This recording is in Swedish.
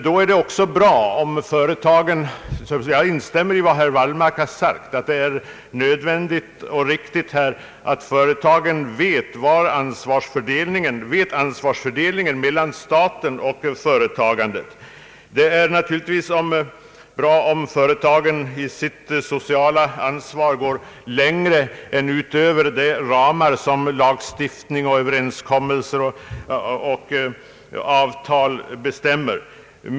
Jag instämmer i vad herr Wallmark har sagt om att det är nödvändigt att företagen då också är på det klara med ansvarsfördelningen mellan staten och näringslivet. Det är naturligtvis bra om företagen därvid har möjlighet att gå Ang. näringspolitiken utöver de ramar som lagstiftning, överenskommelser och avtal bestämmer.